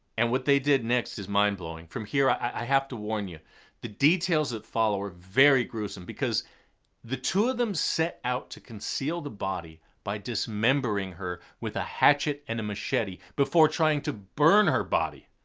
and what they did next is mind blowing. from here i have to warn you the details that follow are very gruesome, because the two of them set out to conceal the body by dismembering her with a hatchet and a machete before trying to burn her body.